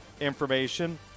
information